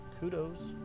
Kudos